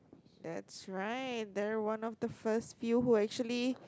that's right they're one of the first few who actually